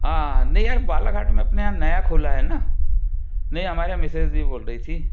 हाँ नहीं यार बालाघाट में अपने यहाँ नया खोला है न नहीं हमारे यहाँ मिसेस भी बोल रही थी